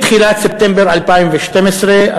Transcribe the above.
מתחילת ספטמבר 2012,